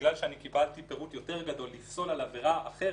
בגלל שקיבלתי פירוט יותר גדול לפסול על עבירה אחרת,